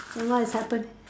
and what has happened